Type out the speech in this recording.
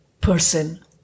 person